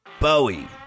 Bowie